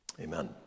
Amen